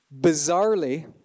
Bizarrely